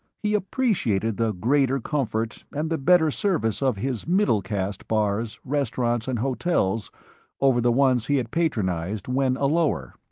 he appreciated the greater comfort and the better service of his middle caste bars, restaurants and hotels over the ones he had patronized when a lower.